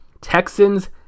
Texans